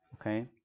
okay